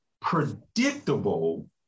predictable